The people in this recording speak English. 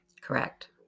Correct